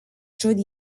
through